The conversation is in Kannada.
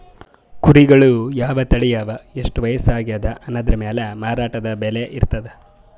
ಕುರಿಗಳ್ ಯಾವ್ ತಳಿ ಅವಾ ಎಷ್ಟ್ ವಯಸ್ಸ್ ಆಗ್ಯಾದ್ ಅನದ್ರ್ ಮ್ಯಾಲ್ ಮಾರಾಟದ್ ಬೆಲೆ ಇರ್ತದ್